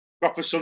Proper